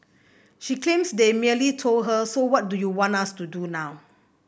she claims they merely told her so what do you want us to do now